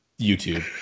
YouTube